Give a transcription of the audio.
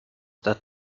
that